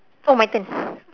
oh my turn